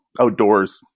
outdoors